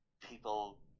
people